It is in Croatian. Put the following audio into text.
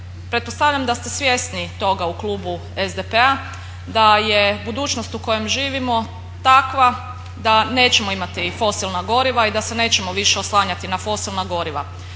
pretpostavljam da ste svjesni toga u klubu SDP-a da je budućnost u kojoj živimo takva da nećemo imati fosilna goriva i da se nećemo više oslanjati na fosilna goriva.